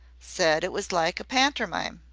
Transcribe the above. said it was like a pantermine.